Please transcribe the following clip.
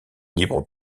libre